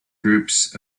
groups